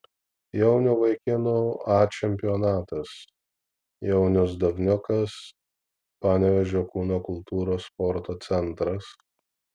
jaunių vaikinų a čempionatas jaunius davniukas panevėžio kūno kultūros sporto centras